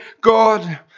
God